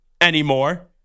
anymore